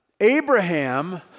Abraham